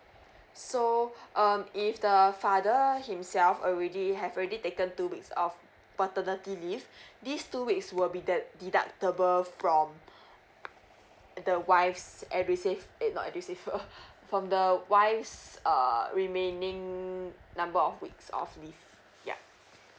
so um if the father himself already have already taken two weeks of paternity leave these two weeks is will be the deductible from the wife's edusave eh not edusave from the wife's uh remaining number of weeks of leave ya